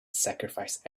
sacrificed